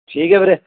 ਠੀਕ ਹੈ ਵੀਰੇ